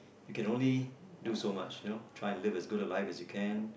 you can only do so much you know try and live as good a life as you can